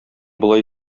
болай